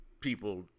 people